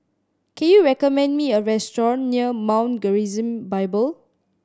can you recommend me a restaurant near Mount Gerizim Bible